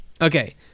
Okay